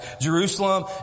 Jerusalem